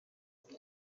ati